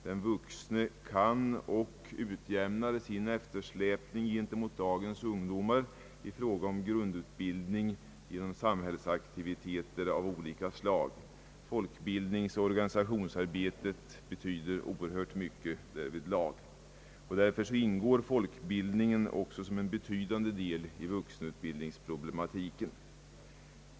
Den vuxne kan utjämna sin eftersläpning gentemot dagens ungdomar i fråga om grundutbildning genom samhällsaktiviteter av olika slag. Folkbildningsarbetet betyder oerhört mycket därvidlag. Därför ingår folkbildningen också som en betydande del i vuxenutbildningsproblematiken.